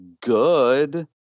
good